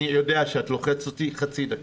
אני יודע שאת לוחצת אותי, חצי דקה.